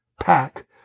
pack